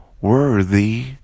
worthy